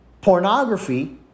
pornography